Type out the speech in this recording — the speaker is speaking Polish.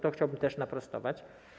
To chciałbym też sprostować.